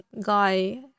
guy